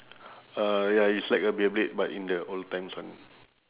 uh ya it's like a beyblade but in the old times [one]